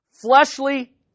Fleshly